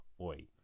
Oi